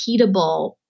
repeatable